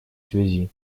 связи